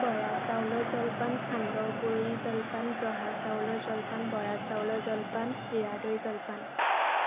বৰা চাউলৰ জলপান খান্দহ গুড়ি জলপান জহা চাউলৰ জলপান বৰা চাউলৰ জলপান চিৰা দৈ জলপান